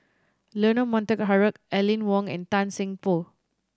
Leonard Montague Harrod Aline Wong and Tan Seng Poh